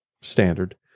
standard